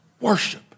worship